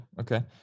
okay